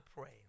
pray